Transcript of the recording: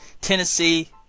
Tennessee